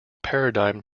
paradigm